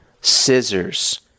scissors